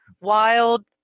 wild